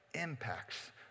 impacts